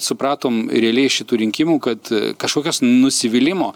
supratom realiai iš šitų rinkimų kad kažkokios nusivylimo